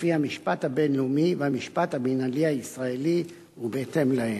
לפי המשפט הבין-לאומי והמשפט המינהלי הישראלי ובהתאם להן.